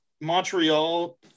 Montreal